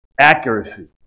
accuracy